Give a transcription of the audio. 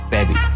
Baby